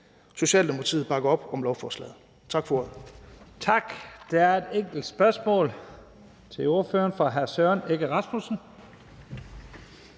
Socialdemokratiet bakker op om lovforslaget. Tak for